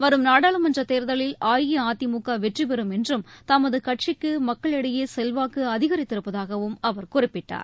வரும் நாடாளுமன்ற தேர்தலில் அஇஅதிமுக வெற்றிபெறும் என்றும் தமது கட்சிக்கு மக்களிடையே செல்வாக்கு அதிகரித்திருப்பதாகவும் அவர் குறிப்பிட்டார்